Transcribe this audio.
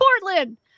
Portland